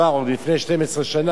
לפני 12 שנה,